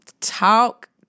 talk